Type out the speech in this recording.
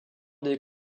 des